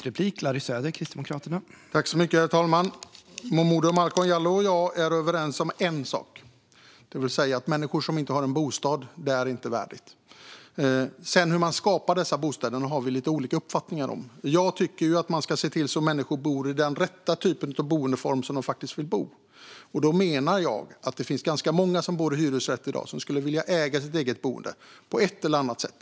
Herr talman! Malcolm Momodou Jallow och jag är överens om en sak: att det inte är värdigt att det finns människor som inte har någon bostad. Hur man skapar dessa bostäder har vi däremot lite olika uppfattningar om. Jag tycker att man ska se till att människor har den boendeform som de faktiskt vill ha, och då menar jag att det finns ganska många som bor i hyresrätt som skulle vilja äga sitt boende på ett eller annat sätt.